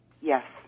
Yes